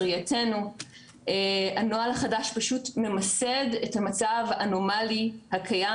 בראייתנו הנוהל החדש פשוט ממסד את המצב אנומלי הקיים,